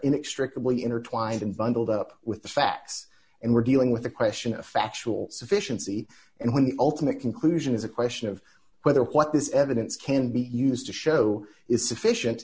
inextricably intertwined and bundled up with the facts and we're dealing with the question of factual sufficiency and when the ultimate conclusion is a question of whether what this evidence can be used to show is sufficient